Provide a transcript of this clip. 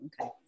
Okay